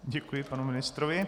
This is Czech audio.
Děkuji panu ministrovi.